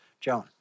Joan